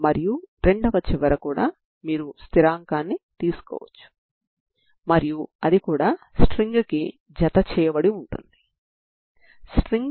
ఈ ప్రారంభ విలువ కలిగిన సమస్య నాన్ హోమోజీనియస్ ఫంక్షన్